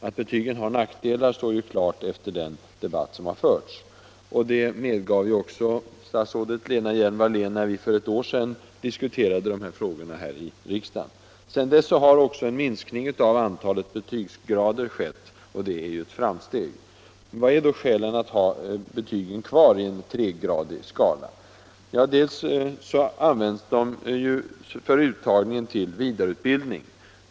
Att betygen har nackdelar står klart efter den debatt som har förts, och det medgav också statsrådet Lena Hjelm-Wallén när vi för ett år sedan diskuterade de frågorna här i riksdagen. Sedan dess har också en minskning av antalet betygsgrader skett, och det är ett framsteg. Vad är då skälen till att ha betygen kvar i en tregradig skala? Det första skälet är att de används för uttagning till vidareutbildning.